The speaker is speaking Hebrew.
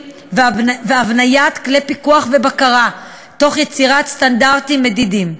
והבניית כלי פיקוח ובקרה תוך יצירת סטנדרטים מדידים.